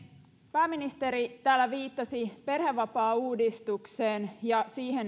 pääministeri täällä viittasi perhevapaauudistukseen ja siihen